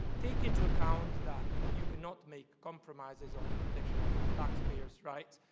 take into account that you cannot make compromises on the protection of taxpayers' rights.